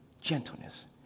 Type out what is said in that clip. gentleness